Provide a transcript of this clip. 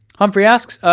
humphrey asks,